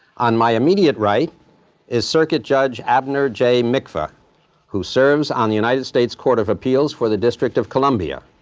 on my immediate right is circuit judge abner j. mikva who serves on the united states court of appeals for the district of columbia.